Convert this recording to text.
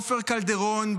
עופר קלדרון,